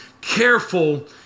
careful